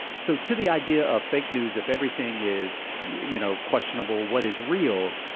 so to the idea of fake news, if everything is, you know, questionable, what is real,